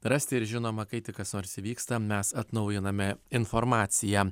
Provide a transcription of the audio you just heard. rasti ir žinoma kai tik kas nors įvyksta mes atnaujiname informaciją